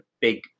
big